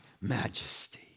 majesty